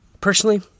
Personally